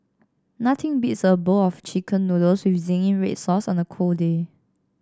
nothing beats a bowl of chicken noodles with zingy red sauce on a cold day